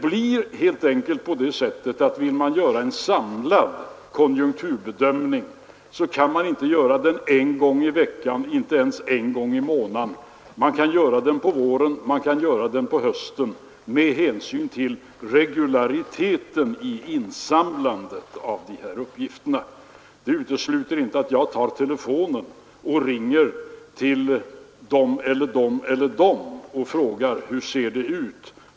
Vill man göra en samlad konjunkturbedömning, kan man inte göra den en gång i veckan och inte ens en gång i månaden. Man kan göra den på våren och på hösten med hänsyn till regulariteten i insamlandet av dessa uppgifter. Det utesluter inte att jag tar telefonen och ringer till den eller den och frågar: Hur ser det ut?